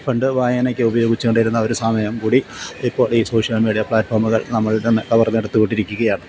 പണ്ട് വായനയ്ക്ക് ഉപയോഗിച്ചുകൊണ്ടിരുന്ന ഒരു സമയം കൂടി ഇപ്പോൾ ഈ സോഷ്യൽ മീഡിയ പ്ലാറ്റ്ഫോമുകൾ നമ്മളിൽ നിന്ന് കവർന്നെടുത്തുകൊണ്ടിരിക്കുകയാണ്